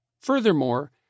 Furthermore